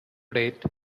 date